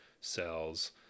cells